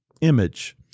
image